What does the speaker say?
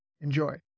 Enjoy